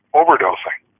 overdosing